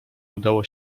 udało